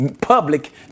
public